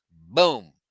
boom